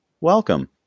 Welcome